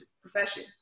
profession